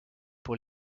pour